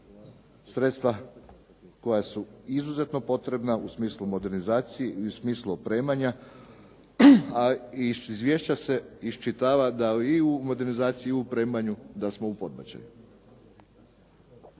sredstva koja su izuzetno potrebna u smislu modernizacije i u smislu opremanja a iz izvješća se iščitava da i u modernizaciji i u opremanju da smo u podbačaju.